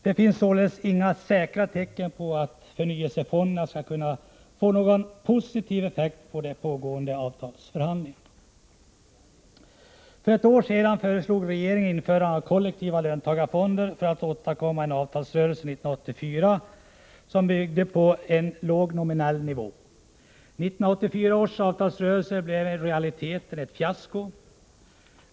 Det finns således inga säkra tecken på att förnyelsefonderna skulle få någon positiv effekt på de pågående avtalsförhandlingarna. För ett år sedan föreslog regeringen införande av kollektiva löntagarfonder för att åstadkomma en avtalsrörelse 1984 på låg nominell nivå. 1984 års avtalsrörelse blev i realiteten ett fiasko.